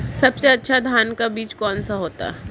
सबसे अच्छा धान का बीज कौन सा होता है?